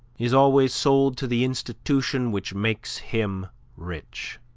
is always sold to the institution which makes him rich.